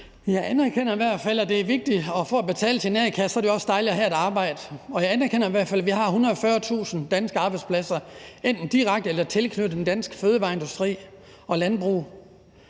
Jeg anerkender i hvert fald, at det er vigtigt, og hvis man skal betale sin a-kasse, er det også dejligt at have et arbejde. Og jeg anerkender i hvert fald, at vi har 140.000 danske arbejdspladser enten direkte i eller tilknyttet den danske fødevareindustri og landbrug,